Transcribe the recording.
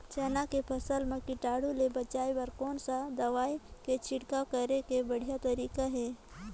चाना के फसल मा कीटाणु ले बचाय बर कोन सा दवाई के छिड़काव करे के बढ़िया तरीका हे?